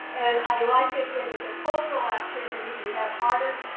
and i like it, it is a cultural activity. we have artists,